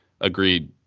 agreed